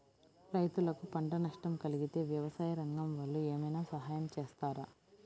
రైతులకు పంట నష్టం కలిగితే వ్యవసాయ రంగం వాళ్ళు ఏమైనా సహాయం చేస్తారా?